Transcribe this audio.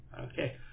Okay